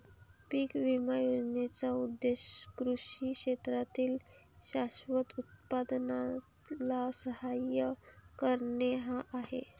पीक विमा योजनेचा उद्देश कृषी क्षेत्रातील शाश्वत उत्पादनाला सहाय्य करणे हा आहे